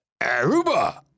Aruba